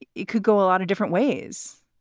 it it could go a lot of different ways